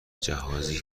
جهازی